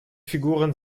figuren